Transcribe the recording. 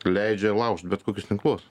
leidžia laužyt bet kokius tinklus